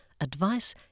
advice